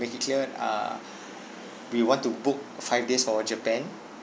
make it clear uh we want to book five days for japan